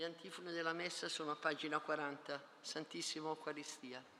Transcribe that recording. Gli antifone della messa sono a pagina 40, Santissimo Eucaristia.